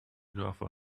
giraffe